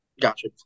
Gotcha